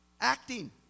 Acting